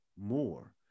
more